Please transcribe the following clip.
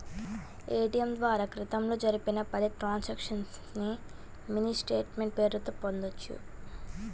ATM ద్వారా క్రితంలో జరిపిన పది ట్రాన్సక్షన్స్ ని మినీ స్టేట్ మెంట్ పేరుతో పొందొచ్చు